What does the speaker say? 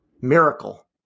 miracle